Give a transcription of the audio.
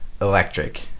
electric